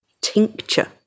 tincture